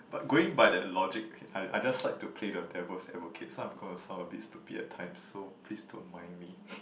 but going by that logic okay I I just like to play the devil's advocate so I'm gonna sound a bit stupid at times so please don't mind me